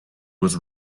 was